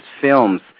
films